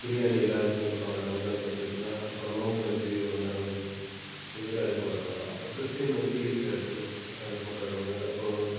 பிரியாணி எல்லாருக்கும் கொடுப்பாங்க ரம்ஜான் பக்ரீத்னா அப்புறோம் நோம்பு கஞ்சி ரம்ஜானுக்கு இது மாதிரி அது கொண்டாடுவாங்க அப்புறோம் கிறிஸ்டியன் வந்து ஈஸ்ட்டர் கிறிஸ் அதை கொண்டாடுவாங்க அப்புறோம்